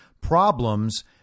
problems